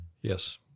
Yes